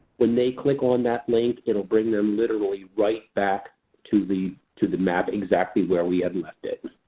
when they click on that link it will bring them literally right back to the to the map exactly where we had left it.